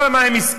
כל הזמן הם מסכנים,